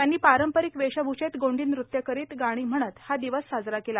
त्यांनी पारंपरिक वेशभूषेत गोंडी नृत्य करीत गाणी म्हणत हा दिवस साजरा केला